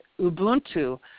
Ubuntu